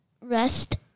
rest